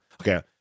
okay